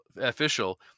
official